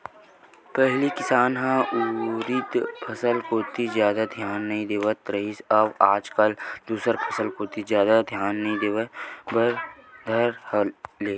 पहिली किसान ह उरिद फसल कोती जादा धियान नइ देवत रिहिस हवय आज कल दूसर फसल कोती जादा धियान देय बर धर ले हवय